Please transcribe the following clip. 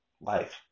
life